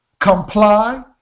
comply